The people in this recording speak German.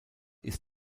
ist